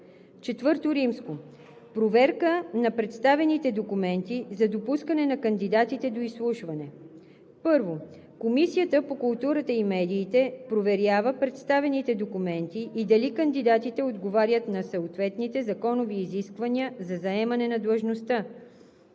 ІV. Проверка на представените документи за допускане на кандидатите до изслушване 1. Комисията по културата и медиите проверява представените документи и дали кандидатите отговарят на съответните законови изисквания за заемане на длъжността.